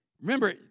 Remember